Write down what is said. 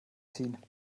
ziehen